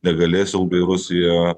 negalės ilgai rusija